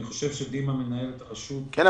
אני חושב שדימה מנהל את הרשות --- כן,